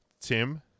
Tim